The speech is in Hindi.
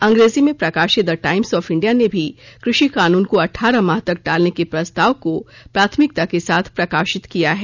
अंग्रेजी में प्रकाशित द टाइम्स ऑफ इंडिया ने भी कृषि कानून को अठारह माह तक टालने के प्रस्ताव को प्राथमिकता के साथ प्रकाशित किया है